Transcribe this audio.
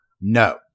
No